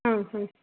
हम्म हम्म